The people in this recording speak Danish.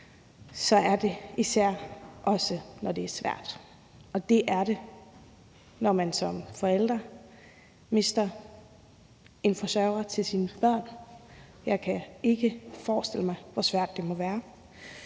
gælder det især også, når det er svært, og det er det, når man som forælder mister en forsøger til sine børn. Jeg kan ikke forestille mig, hvor svært det må være.